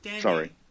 Sorry